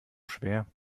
schwer